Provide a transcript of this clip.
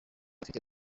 ifite